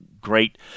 great